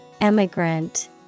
Emigrant